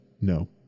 no